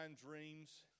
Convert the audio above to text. dreams